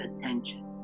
attention